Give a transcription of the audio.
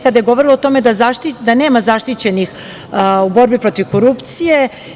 Kada je govorila o tome da nema zaštićenih u borbi protiv korupcije.